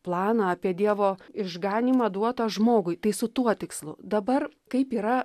planą apie dievo išganymą duotą žmogui tai su tuo tikslu dabar kaip yra